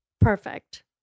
perfect